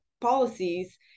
policies